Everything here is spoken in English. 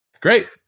Great